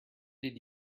did